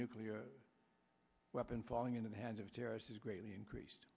nuclear weapon falling into the hands of terrorists has greatly increased